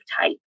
type